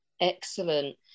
Excellent